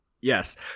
Yes